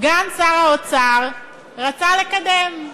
סגן שר האוצר רצה לקדם,